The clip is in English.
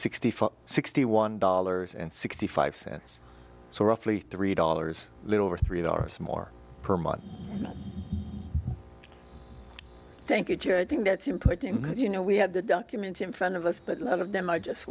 sixty four sixty one dollars and sixty five cents so roughly three dollars a little over three dollars more per month thank you jay i think that's impacting you know we have the documents in front of us but none of them i just